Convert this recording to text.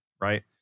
Right